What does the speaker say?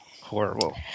horrible